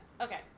Okay